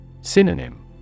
Synonym